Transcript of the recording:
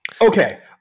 Okay